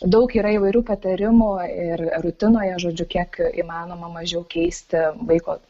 daug yra įvairių patarimų ir rutinoje žodžiu kiek įmanoma mažiau keisti vaiko